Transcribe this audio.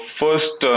first